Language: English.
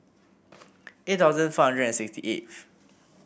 eight thousand four hundred and sixty eighth